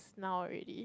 now already